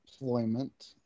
employment